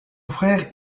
frère